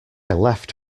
left